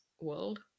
world